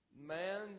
man